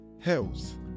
health